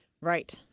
Right